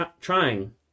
trying